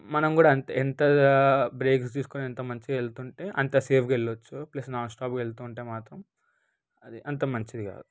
మనం కూడా అంతే ఎంత బ్రేక్స్ తీసుకొని ఎంత మంచిగా వెళ్తుంటే అంత సేఫ్గా వెళ్ళొచ్చు ప్లస్ నాన్స్టాప్గా వెళ్తుంటే మాత్రం అది అంత మంచిది కాదు